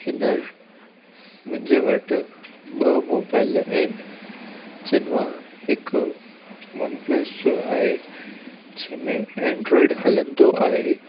हींअर मुंहिंजे वटि ॿ मोबाइल आहिनि जिनि मां हिकु वन प्लस जो आहे जंहिं में एन्ड्रोईड हलंदो आहे